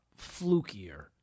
flukier